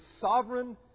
sovereign